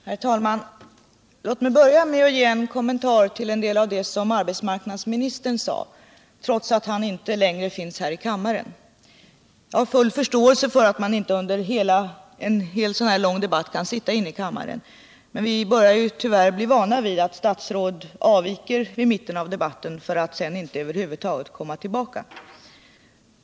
Herr talman! Låt mig börja med att göra en kommentar till en del av det som arbetsmarknadsministern sade, trots att han inte längre är kvar i kammaren. Jag har full förståelse för att man inte hela tiden kan sitta i kammaren under en sådan här lång debatt, men vi börjar tyvärr bli vana vid att statsråd avviker vid mitten av debatten för att sedan över huvud taget inte komma tillbaka.